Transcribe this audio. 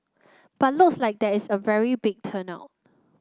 but looks like there is a very big turn out